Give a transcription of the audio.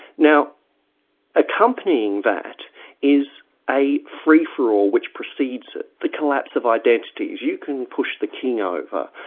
now accompanying that is a free-for-all which precedes it, the collapse of identities. you can push the king over,